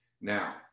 Now